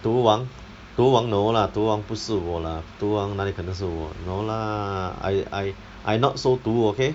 毒王毒王 no lah 毒王不是我 lah 毒王哪里可能是我 no lah I I I not so 毒 okay